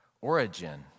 origin